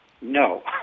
no